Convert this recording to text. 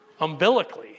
umbilically